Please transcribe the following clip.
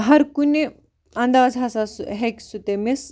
ہر کُنہِ اَنداز ہَسا ہیٚکہِ سُہ تٔمس